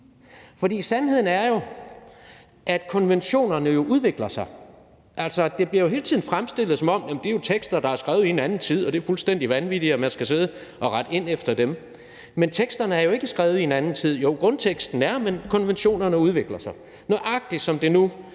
For sandheden er jo, at konventionerne udvikler sig. Altså, det bliver jo hele tiden fremstillet, som om det er tekster, der er skrevet i en anden tid, og det er fuldstændig vanvittigt, at man skal sidde og rette ind efter dem. Men teksterne er jo ikke skrevet i en anden tid. Jo, grundteksten er, men konventionerne udvikler sig – nøjagtig som det nu